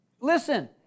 Listen